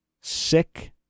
sick